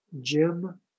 Jim